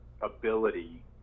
ability